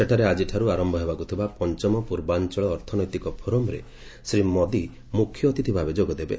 ସେଠାରେ ଆଜିଠାରୁ ଆରମ୍ଭ ହେବାକୁଥିବା ପଞ୍ଚମ ପୂର୍ବାଞ୍ଚଳ ଅର୍ଥନୈତିକ ଫୋରମରେ ଶ୍ରୀ ମୋଦି ମୁଖ୍ୟ ଅତିଥି ଭାବେ ଯୋଗଦେବେ